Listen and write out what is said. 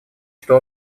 что